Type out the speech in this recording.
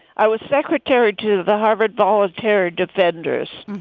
i was secretary to the harvard volunteer defenders.